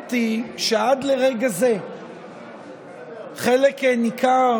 האמת היא שעד לרגע זה חלק ניכר